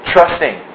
Trusting